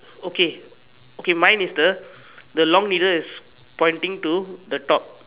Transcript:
okay okay mine is the the long needle is pointing to the top